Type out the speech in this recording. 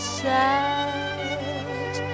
sad